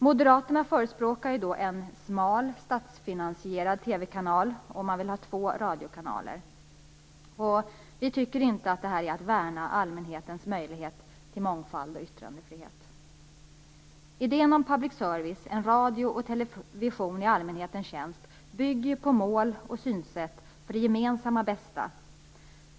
Moderaterna förespråkar en smal, statsfinansierad TV-kanal, och de vill ha två radiokanaler. Vi tycker inte att det är att värna allmänhetens möjlighet till mångfald och yttrandefrihet. Idén om public service, en radio och television i allmänhetens tjänst, bygger på mål och synsätt för det gemensamma bästa.